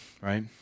right